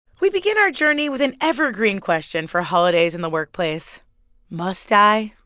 we begin our journey with an evergreen question for holidays in the workplace must i?